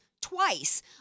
twice